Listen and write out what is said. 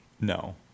No